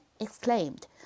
exclaimed